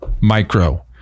micro